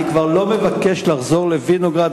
אני כבר לא מבקש לחזור לוינוגרד,